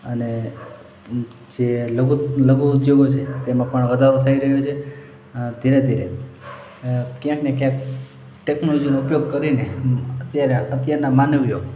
અને અં જે લઘુત લઘુ ઉદ્યોગો છે તેમાં પણ વધારો થઇ રહ્યો છે ધીરે ધીરે અ ક્યાંકને ક્યાંક ટેકનોલોજીનો ઉપયોગ કરીને અત્યારે અત્યારના માનવીઓ